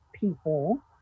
people